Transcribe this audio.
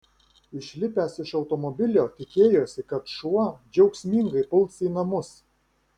išlipęs iš automobilio tikėjosi kad šuo džiaugsmingai puls į namus